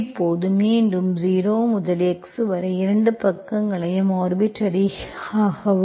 இப்போது மீண்டும் 0 முதல் x வரை இரு பக்கங்களையும் ஆர்பிட்டர்ரி ஆகவும்